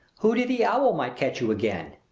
hooty the owl might catch you again.